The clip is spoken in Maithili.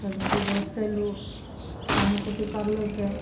थोड़े दूर दुबि उपटैलु सानी कुट्टी करलहुॅं फेर